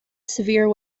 severe